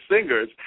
singers